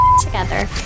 together